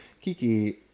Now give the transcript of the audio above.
Kiki